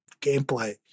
gameplay